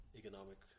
economic